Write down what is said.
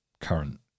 current